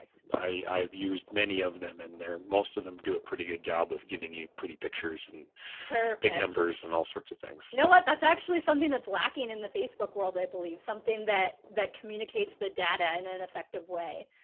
i've used many of them in there. most of them do a pretty good job of giving you pretty pictures and big numbers and all sorts of things. you know what, that's actually something that's lacking in the facebook world. i believe. something that, that communicates the data in an effective way.